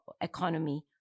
economy